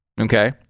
Okay